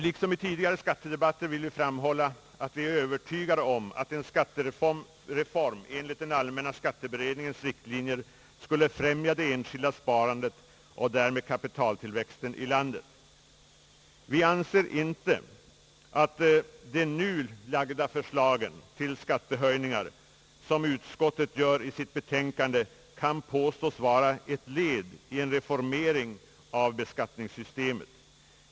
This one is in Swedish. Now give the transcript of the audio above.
Liksom i tidigare skattedebatter vill vi framhålla, att vi är övertygade om att en skattereform enligt den allmänna skatteberedningens riktlinjer skulle främja det enskilda sparandet och därmed kapitaltillväxten i landet. Vi anser inte att de nu framlagda förslagen till skattehöjningar kan, såsom utskottet gör i sitt betänkande, påstås vara ett led i en reformering av beskattningssystemet.